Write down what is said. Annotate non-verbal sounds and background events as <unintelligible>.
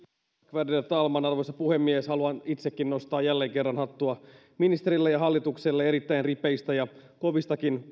värderade talman arvoisa puhemies haluan itsekin nostaa jälleen kerran hattua ministerille ja hallitukselle erittäin ripeistä ja kovistakin <unintelligible>